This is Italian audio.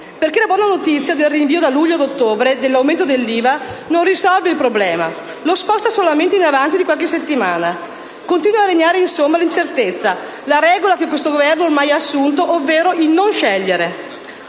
perché la buona notizia del rinvio da luglio ad ottobre dell'aumento dell'IVA non risolve il problema, ma lo sposta solo in avanti di qualche settimana. Continua a regnare, insomma, l'incertezza, la regola che questo Governo ha ormai assunto, ovvero il non scegliere.